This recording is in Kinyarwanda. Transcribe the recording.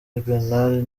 bernard